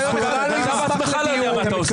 אתה בעצמך לא יודע מה אתה עושה.